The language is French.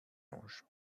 ange